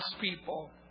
people